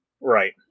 Right